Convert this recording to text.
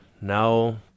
Now